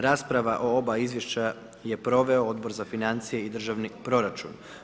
Rasprava o oba izvješća je proveo Odbor za financije i državni proračun.